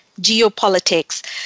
geopolitics